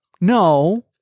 No